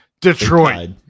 Detroit